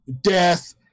death